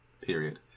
Period